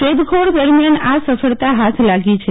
શોધ ખોળ દરમિયાન આ સરળતા હાથ લાગી છે